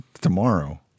Tomorrow